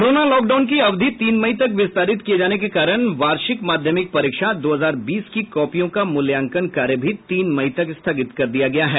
corona lockdown की अवधि तीन मई तक विस्तारित किये जाने के कारण वार्षिक माध्यमिक परीक्षा दो हजार बीस की कॉपियों का मूल्यांकन कार्य भी तीन मई तक स्थगित कर दिया गया है